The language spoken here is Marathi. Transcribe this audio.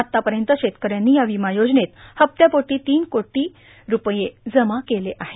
आतापर्यंत शेतकऱ्यांनी या विमा योजनेत हप्त्यापोटी तीन कोटी रूपये जमा केले आहेत